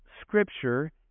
Scripture